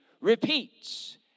repeats